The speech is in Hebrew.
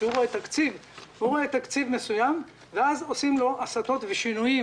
הוא רואה תקציב מסוים ואז עושים לו הסטות ושינויים